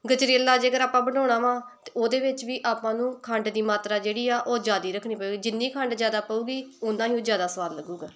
ਗਜਰੇਲਾ ਜੇਕਰ ਆਪਾਂ ਬਣਾਉਣਾ ਵਾ ਤਾਂ ਉਹਦੇ ਵਿੱਚ ਵੀ ਆਪਾਂ ਨੂੰ ਖੰਡ ਦੀ ਮਾਤਰਾ ਜਿਹੜੀ ਆ ਉਹ ਜ਼ਿਆਦਾ ਰੱਖਣੀ ਪਵੇ ਜਿੰਨੀ ਖੰਡ ਜ਼ਿਆਦਾ ਪਵੇਗੀ ਉਨਾਂ ਹੀ ਉਹ ਜ਼ਿਆਦਾ ਸਵਾਦ ਲੱਗੇਗਾ